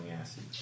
acid